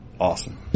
awesome